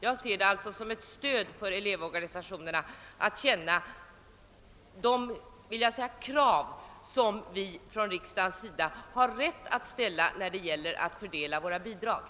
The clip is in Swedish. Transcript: Jag ser det alltså som ett stöd för elevorganisationerna om vi låter dem känna de krav som riksdagen har rätt att ställa när den fördelar bidragen.